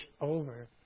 over